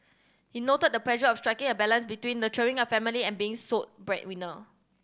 he noted the pressure of striking a balance between nurturing a family and being sole breadwinner